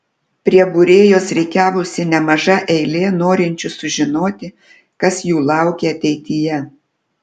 prie būrėjos rikiavosi nemaža eilė norinčių sužinoti kas jų laukia ateityje